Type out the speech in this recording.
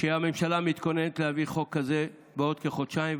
הממשלה מתכוננת להביא חוק כזה בעוד כחודשיים.